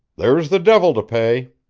there's the divil to pay!